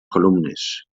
columnes